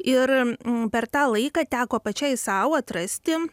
ir per tą laiką teko pačiai sau atrasti